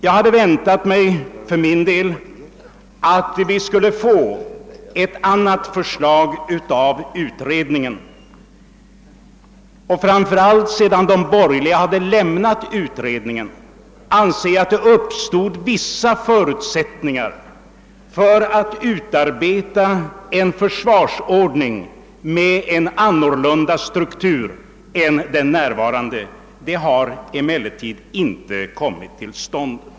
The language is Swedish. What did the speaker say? Jag hade för min del väntat mig att vi skulle få ett något annorlunda för slag från utredningen. Jag anser att det, framför allt sedan de borgerliga hade lämnat försvarsutredningen, uppstod vissa förutsättningar för utarbetandet av en försvarsordning med en annan struktur än den nuvarande. Någon sådan har emellertid inte kommit till stånd.